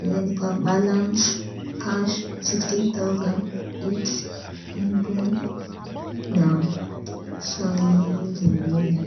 imeandikwa balance cash 68800 na sign zingine.